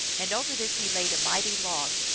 and over this he laid a mighty log,